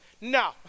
no